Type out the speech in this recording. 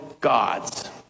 gods